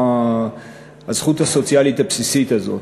ללא הזכות הסוציאלית הבסיסית הזאת,